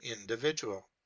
individual